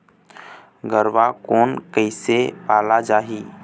गरवा कोन कइसे पाला जाही?